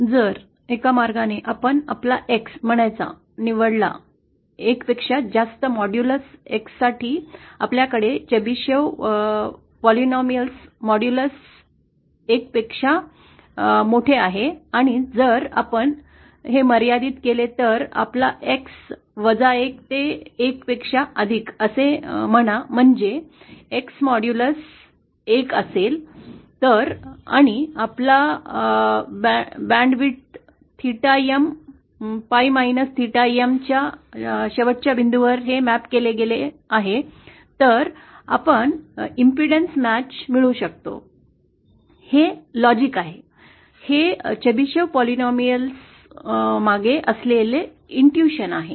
जर एका मार्गाने आपण आपला एक्स म्हणायचा निवडला एक पेक्षा जास्त मॉड्यूलस एक्स साठी आपल्याकडे चेबॅशेव बहुपदीचे मॉड्यूलस एक पेक्षा मोठे आहे आणि जर आपण मर्यादित केले तर आपला एक्स वजा एक ते एक पेक्षा अधिक असे म्हणा म्हणजे एक्सचे मॉड्यूलस एक असेल तर आणि आपल्या बॅन्ड रुंदीच्या theta M band width theta M pi minus theta M च्या शेवटच्या बिंदूंवर हे मॅप केले गेले आहे तर आपण प्रतिबाधा सामना impedence match मिळवू शकतो हे तर्क शास्त्र आहे हे चेबेशीव बहुपदीच्या मागे असलेले आहे